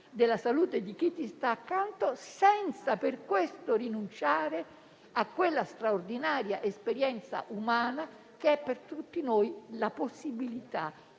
della salute di chi ci sta accanto, senza per questo rinunciare a quella straordinaria esperienza umana che è per tutti noi la possibilità